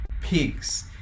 pigs